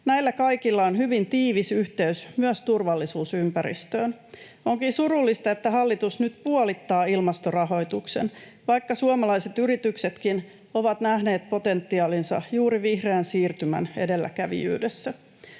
Näillä kaikilla on hyvin tiivis yhteys myös turvallisuusympäristöön. Onkin surullista, että hallitus nyt puolittaa ilmastorahoituksen, vaikka suomalaiset yrityksetkin ovat nähneet potentiaalinsa juuri vihreän siirtymän edelläkävijyydessä.